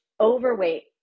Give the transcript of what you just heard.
overweight